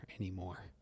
anymore